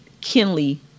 Kinley